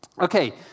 Okay